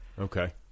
Okay